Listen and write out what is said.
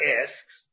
asks